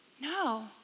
No